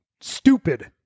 STUPID